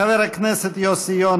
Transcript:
חבר הכנסת יוסי יונה,